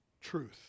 truth